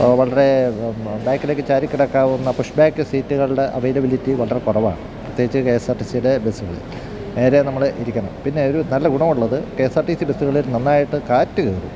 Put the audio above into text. വളരെ ബാക്കിലേക്ക് ചാരി കിടക്കാവുന്ന പുഷ് ബാക്ക് സീറ്റുകളുടെ അവൈലബിലിറ്റി വളരെ കുറവാണ് പ്രതേകിച്ചു കെഎസ്അർടിസിയുടെ ബസിൽ നേരെ നമ്മൾ ഇരിക്കണം പിന്നെ ഒരു നല്ല ഗുണമുള്ളത് K S R T C ബസ്സുകളിൽ നന്നായിട്ട് കാറ്റ് കയറും